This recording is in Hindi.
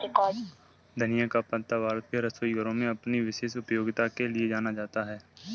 धनिया का पत्ता भारत के रसोई घरों में अपनी विशेष उपयोगिता के लिए जाना जाता है